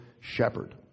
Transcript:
shepherd